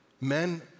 Men